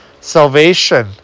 salvation